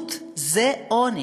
בדידות זה עוני.